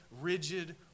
rigid